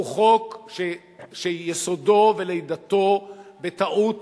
הוא חוק שיסודו ולידתו בטעות